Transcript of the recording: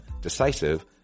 decisive